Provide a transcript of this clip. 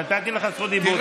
נתתי לך זכות דיבור.